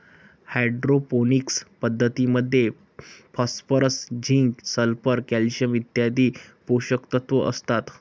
hydroponics पद्धतीमध्ये phosphorus, zinc, sulphur, calcium इत्यादी पोषकतत्व असतात